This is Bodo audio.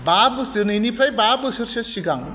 बा बोसोर दिनैनिफ्राय बा बोसोरसोनि सिगां